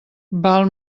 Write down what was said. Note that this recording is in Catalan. val